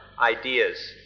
ideas